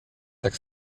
tak